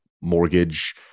mortgage